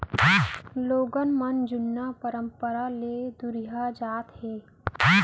लोगन मन जुन्ना परंपरा ले दुरिहात जात हें